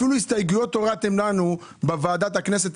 אפילו הסתייגויות הורדתם לנו בוועדת הכנסת,